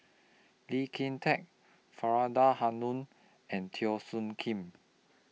Lee Kin Tat Faridah Hanum and Teo Soon Kim